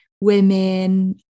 women